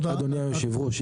אדוני היושב ראש,